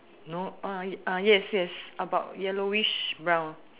no uh uh yes yes about yellowish brown